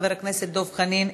חבר הכנסת דב חנין,